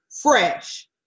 fresh